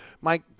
mike